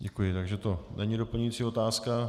Děkuji, takže to není doplňující otázka.